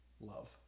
love